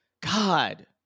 god